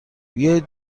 بیایید